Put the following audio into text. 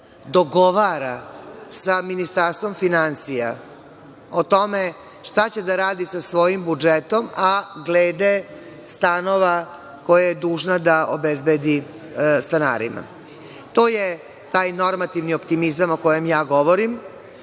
dogovara sa Ministarstvom finansija o tome šta će da radi sa svojim budžetom, a glede stanova koje je dužna da obezbedi stanarima. To je taj normativni optimizam o kojem ja govorim